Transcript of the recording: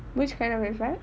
which kind of effect